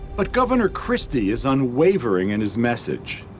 but governor christie is unwavering in his message.